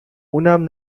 اونم